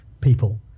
people